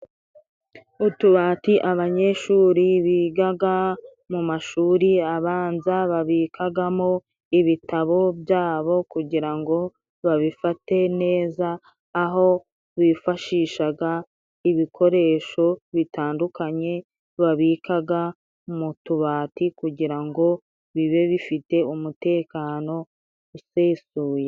Utubati abanyeshuri bigaga mu mashuri abanza babikagamo ibitabo byabo, kugira ngo babifate neza aho bifashishaga ibikoresho bitandukanye babikaga mu tubati, kugira ngo bibe bifite umutekano usesuye.